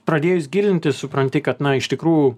pradėjus gilintis supranti kad na iš tikrųjų